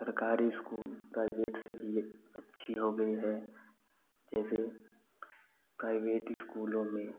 सरकारी school private से भी अच्छी हो गई है जैसे प्राइवेट इस्कूलों में